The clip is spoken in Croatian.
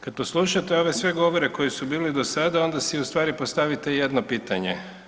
Kad poslušate ove sve govore koji su bili do sada, onda si ustvari postavite jedno pitanje.